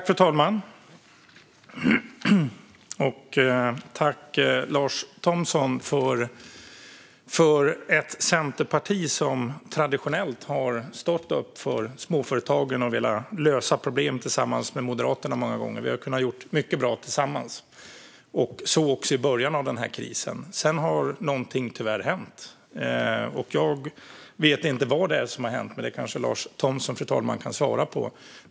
Fru talman! Jag vill tacka Lars Thomsson. Han representerar Centerpartiet, som traditionellt har stått upp för småföretagen och som många gånger har velat lösa problem tillsammans med Moderaterna. Vi har kunnat göra mycket bra tillsammans, också i början av den här krisen. Sedan har tyvärr någonting hänt. Jag vet inte vad, men det kanske Lars Thomsson kan svara på.